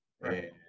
right